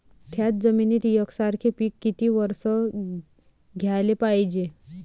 थ्याच जमिनीत यकसारखे पिकं किती वरसं घ्याले पायजे?